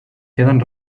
queden